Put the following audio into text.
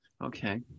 Okay